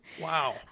Wow